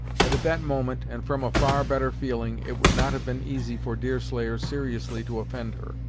but, at that moment, and from a far better feeling, it would not have been easy for deerslayer seriously to offend her,